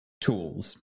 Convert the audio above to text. tools